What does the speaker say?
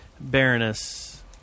Baroness